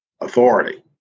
authority